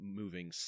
moving